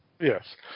Yes